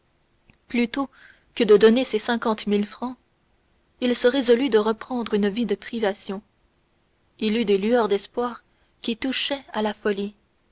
plutôt que de donner ces cinquante mille francs il se résolut de reprendre une vie de privations il eut des lueurs d'espoir qui touchaient à la folie